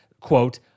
quote